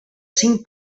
cinc